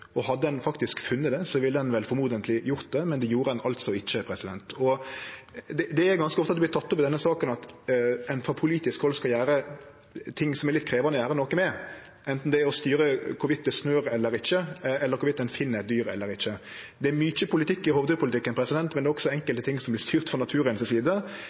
Hadde ein faktisk funne det, ville ein truleg ha flytta det, men det gjorde ein altså ikkje. Det er ganske ofte at det vert teke opp i denne saka at ein frå politisk hald skal gjere ting som er litt krevjande å gjere noko med, anten det er å styre om det snør eller ikkje, eller om ein finn eit dyr eller ikkje. Det er mykje politikk i rovdyrpolitikken, men det er også enkelte ting som vert styrt frå